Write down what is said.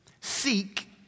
Seek